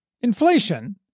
Inflation